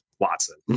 Watson